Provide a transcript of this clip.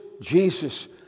Jesus